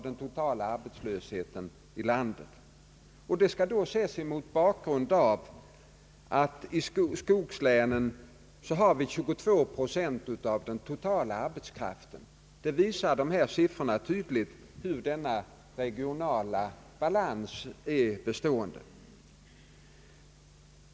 Det skall då ses mot bakgrunden av att vi i skogslänen har 22 procent av den totala arbetskraften. Dessa siffror visar tydligt den regionala balansen.